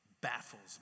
baffles